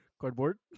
Cardboard